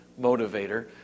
motivator